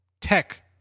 tech